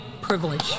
privilege